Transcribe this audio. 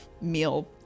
meal